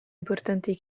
importanti